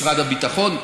משרד הביטחון,